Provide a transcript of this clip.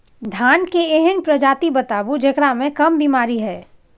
धान के एहन प्रजाति बताबू जेकरा मे कम बीमारी हैय?